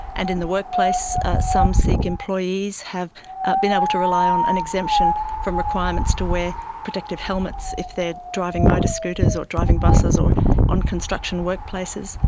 and in the workplace some sikh employees have been able to rely on an exemption from requirements to wear protective helmets if they are driving motorscooters or driving buses or on construction workplaces.